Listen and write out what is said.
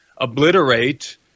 obliterate